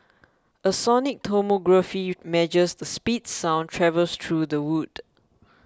a sonic tomography measures the speed sound travels through the wood